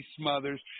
Smothers